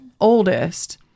oldest